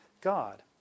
God